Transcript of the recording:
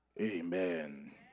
Amen